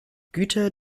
güter